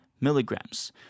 milligrams